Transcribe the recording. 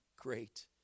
great